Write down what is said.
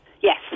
Yes